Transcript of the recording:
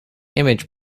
image